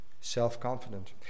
self-confident